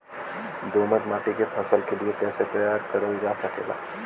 दोमट माटी के फसल के लिए कैसे तैयार करल जा सकेला?